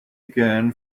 again